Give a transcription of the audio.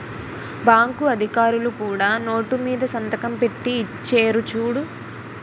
bank అధికారులు కూడా note మీద సంతకం పెట్టి ఇచ్చేరు చూడు